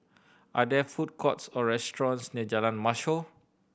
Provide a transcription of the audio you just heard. are there food courts or restaurants near Jalan Mashhor